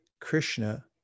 Krishna